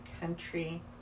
country